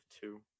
two